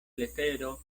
letero